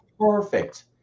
Perfect